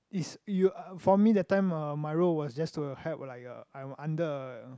is you for me that time uh my role was just to help like a I'm under a